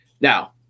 Now